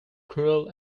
cruel